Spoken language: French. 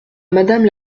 madame